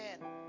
man